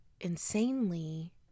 insanely